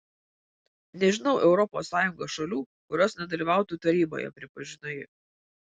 nežinau europos sąjungos šalių kurios nedalyvautų taryboje pripažino ji